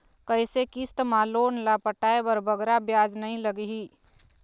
कइसे किस्त मा लोन ला पटाए बर बगरा ब्याज नहीं लगही?